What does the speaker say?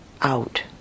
out